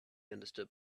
understood